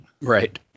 Right